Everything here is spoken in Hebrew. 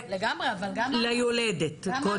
זה ליולדת.